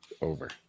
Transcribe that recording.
over